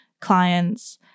clients